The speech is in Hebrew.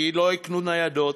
כי לא יקנו ניידות,